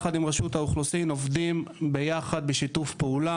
יחד עם רשות האוכלוסין עובדים יחד בשיתוף פעולה,